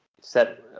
set